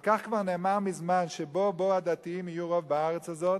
ועל כך כבר נאמר מזמן: ביום שבו הדתיים יהיו רוב בארץ הזאת,